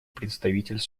представитель